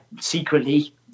secretly